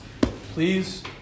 Please